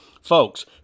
Folks